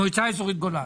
אזורית גולן,